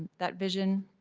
that vision.